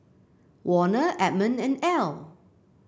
Warner Edmond and Ell